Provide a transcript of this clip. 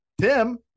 tim